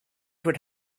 would